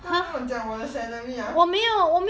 不要乱乱讲我的 salary ah